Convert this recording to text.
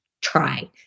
try